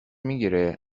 میگیره